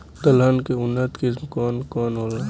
दलहन के उन्नत किस्म कौन कौनहोला?